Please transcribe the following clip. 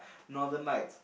northern lights